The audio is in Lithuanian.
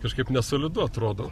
kažkaip nesolidu atrodo